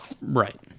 Right